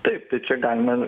taip tai čia galima